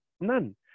None